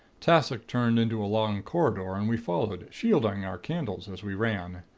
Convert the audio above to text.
tassoc turned into a long corridor, and we followed, shielding our candles as we ran.